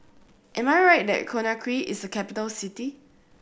am I right that Conakry is a capital city